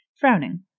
Frowning